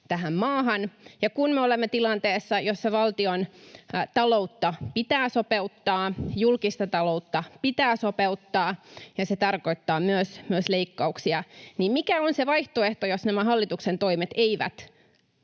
tähän maahan ja kun me olemme tilanteessa, jossa valtiontaloutta pitää sopeuttaa, julkista taloutta pitää sopeuttaa ja se tarkoittaa myös leikkauksia? Mikä on se vaihtoehto, jos nämä hallituksen toimet eivät